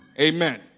Amen